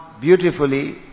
beautifully